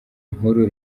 nkuru